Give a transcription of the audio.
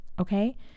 Okay